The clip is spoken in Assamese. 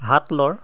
হাত লৰ